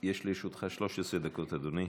יש לרשותך 13 דקות, אדוני.